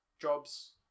jobs